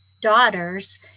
daughters